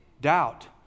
Doubt